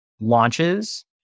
launches